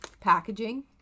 packaging